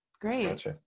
Great